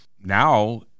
now